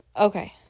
Okay